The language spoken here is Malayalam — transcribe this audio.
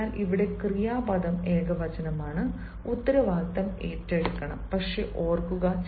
അതിനാൽ ഇവിടെ ക്രിയാപദം ഏകവചനമാണ് ഉത്തരവാദിത്തം ഏറ്റെടുക്കണം പക്ഷേ ഓർക്കുക